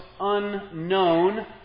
unknown